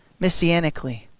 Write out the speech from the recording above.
messianically